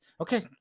Okay